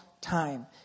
time